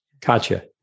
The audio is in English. Gotcha